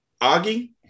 Augie